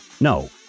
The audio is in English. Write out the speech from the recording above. No